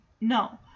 No